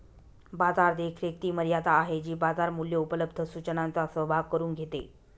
बाजार देखरेख ती मर्यादा आहे जी बाजार मूल्ये उपलब्ध सूचनांचा सहभाग करून घेते